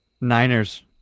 Niners